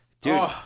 Dude